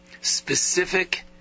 specific